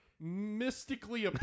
mystically